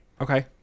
Okay